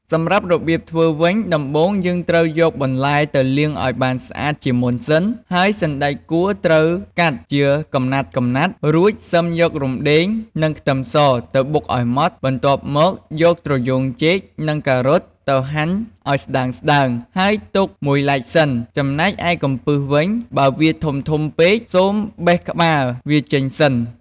សម្រាប់របៀបធ្វើវិញ ដំបូងយើងត្រូវយកបន្លែទៅលាងឱ្យបានស្អាតជាមុនសិន ហើយសណ្ដែកគួរត្រូវកាត់ជាកំណាត់ៗ រួចសិមយករំដេង និងខ្ទឹមសទៅបុកឱ្យម៉ដ្តបន្ទាប់មកយកត្រយូងចេកនិងការ៉ុតទៅហាន់ឱ្យស្តើងៗ ហើយទុកមួយឡែកសិន ចំណែកឯកំពឹសវិញ បើវាធំៗពេក សូមបេះក្បាលវាចេញសិន។